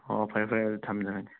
ꯑꯣ ꯐꯔꯦ ꯐꯔꯦ ꯑꯗꯨꯗꯤ ꯊꯝꯖꯔꯒꯦ